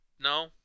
No